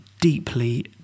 deeply